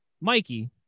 Mikey